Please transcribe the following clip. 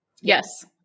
Yes